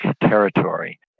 territory